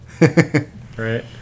right